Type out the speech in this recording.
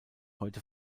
heute